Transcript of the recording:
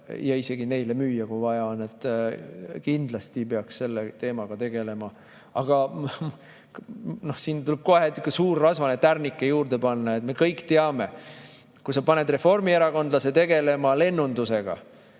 ja isegi neile müüa, kui vaja on. Kindlasti peaks selle teemaga tegelema. Aga siia tuleb kohe suur rasvane tärnike juurde panna. Me kõik teame, et kui sa paned reformierakondlased tegelema lennundusega,